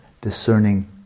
discerning